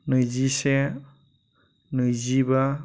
नैजिसे नैजिबा